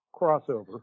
crossover